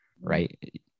right